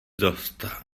dost